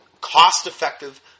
cost-effective